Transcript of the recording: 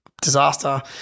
disaster